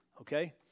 Okay